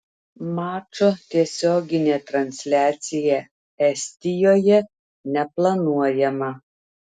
mačo tiesioginė transliacija estijoje neplanuojama